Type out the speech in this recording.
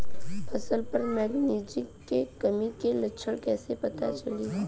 फसल पर मैगनीज के कमी के लक्षण कईसे पता चली?